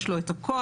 יש לו את הכוח,